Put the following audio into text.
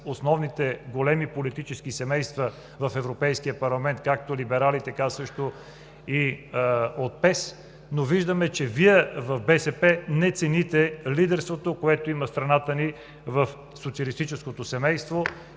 основните големи политически семейства в Европейския парламент – както либерали, така също и с Партията на европейските социалисти. Но виждаме, че Вие в БСП не цените лидерството, което има страната ни в социалистическото семейство.